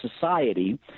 society